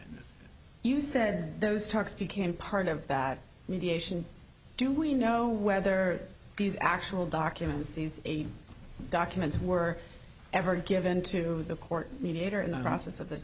word you said those talks became part of that mediation do we know whether these actual documents these eight documents were ever given to the court mediator in the process of the